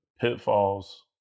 pitfalls